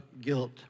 guilt